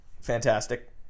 fantastic